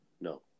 no